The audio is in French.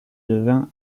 devient